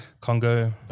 Congo